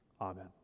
Amen